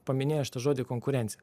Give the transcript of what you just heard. paminėjo šitą žodį konkurencija